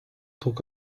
talk